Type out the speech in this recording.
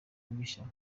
bushya